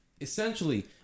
Essentially